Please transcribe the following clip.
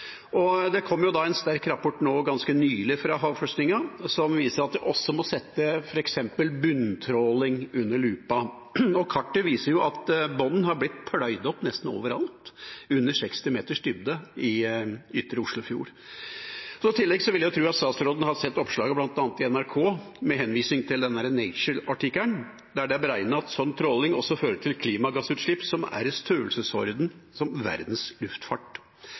kom en sterk rapport nå ganske nylig fra havforskningen, som viser at vi også må sette f.eks. bunntråling under lupa. Kartet viser at bunnen har blitt pløyd opp nesten overalt under 60 meters dybde i Ytre Oslofjord. I tillegg vil jeg tro at statsråden har sett oppslaget bl.a. i NRK med henvisning til Nature-artikkelen, der det er beregnet at sånn tråling fører til klimagassutslipp i størrelsesordenen verdens luftfart. Vil statsråden jobbe for sterkt utvidede vernesoner, sånn som